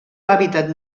hàbitat